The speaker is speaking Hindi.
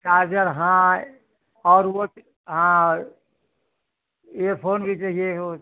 चार्जर हाँ और वो हाँ ईअर फोन भी चाहिए हो